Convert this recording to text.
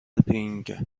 بینگ